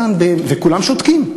וכולם שותקים.